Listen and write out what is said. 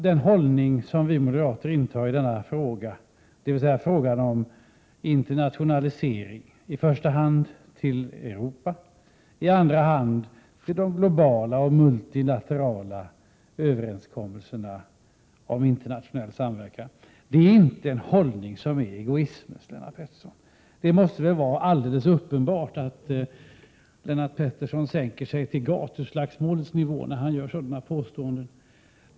Den hållning som vi moderater intar i denna fråga, dvs. frågan om internationalisering—i första hand till Europa, i andra hand till de globala och multilaterala överenskommelserna om internationell samverkan — är inte en hållning som innebär egoism, Lennart Pettersson. Det måste väl vara alldeles uppenbart att Lennart Pettersson sänker sig till gatuslagsmålets nivå när han gör sådana påståenden.